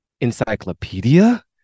encyclopedia